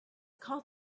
called